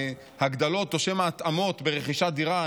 הגדלות או התאמות ברכישת דירה,